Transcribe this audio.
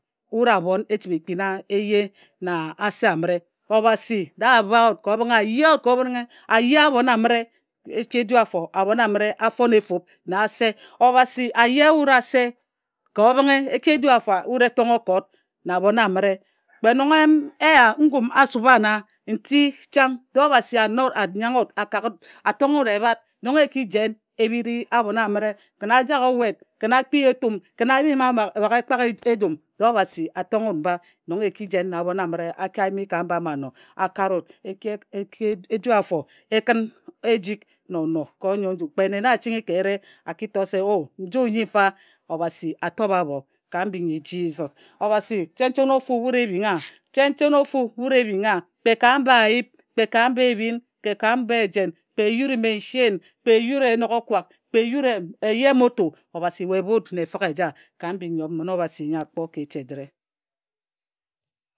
Nse ko obho ekpin nji wut abhon e chǝbhe ekpina eye no ase amǝre Obhasi doe a bha wut ka obhǝnghe a ye wut ka obhǝnghea ye abhon amǝre e ki e du afo abhon a fon na ase. Obhasi a ye wut ka obhǝnghe e ki e du afo a wut e tonghe okot na abhon amǝre. Kpe nong eya ngum a subha nna nti chang. Dee Obhasi a not anyanghe wut a tonghe wut ebhat nong e ki jen e bhiri abhon amǝre kǝn a jak owet a kǝn e kpia etum kǝn a yima baghe ekpak ejum dee Obhasi a tonghe wut mba nong e ki jen na abhon amǝre a ki yimi ka mba ma no a kare wut e ki e du afo e kǝn ejik na ono ka onyoe nju. Kpe nne na a chinghi ka ere a ki to se o nju nyi nfa Obhasi a tob abho. Ka mbing nyi Jisos. Obhase chen chen ofu wut e bhing a chen chen wut e bhing a kpe ka mba ayip kpe ka mba ebhin kpe ka mba ejen. E yuri mechine kpe e yut i enoghokwak kpee yut eye moto Obhasi wu bue wut na efǝghe eja ka mbing i mmon Obhase nyo a kpoe ka echi ajǝre.